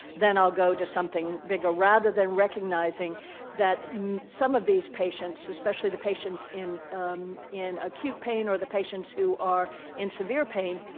then i'll go to something bigger. rather than recognizing that some of these patients, especially the patients in in acute pain or the patients who are in severe pain,